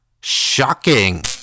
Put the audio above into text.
shocking